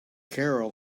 carol